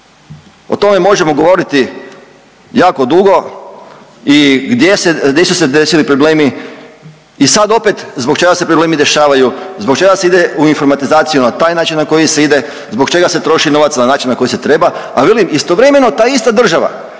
O tome možemo govoriti jako dugo i gdje su se desili problemi i sad opet zbog čega se problemi dešavaju, zbog čega se ide u informatizaciju na taj način na koji se ide, zbog čega se troši novac na način na koji se treba, a velim istovremeno ta ista država